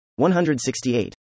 168